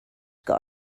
got